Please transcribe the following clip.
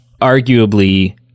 arguably